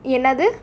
என்னது:ennathu